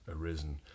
arisen